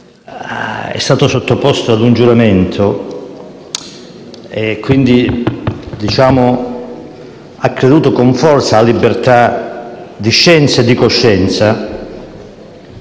è stato sottoposto ad un giuramento, e quindi ha creduto con forza alla libertà di scienza e di coscienza